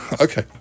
Okay